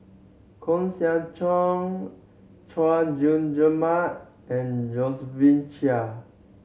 Koeh Sia Chong Chay Jung Jun Mark and Josephine Chia